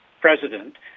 president